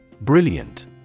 Brilliant